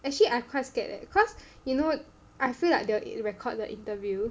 actually I quite scared leh because you know I feel like they will record the interview